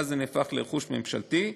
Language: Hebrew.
ואז זה הופך לרכוש ממשלתי.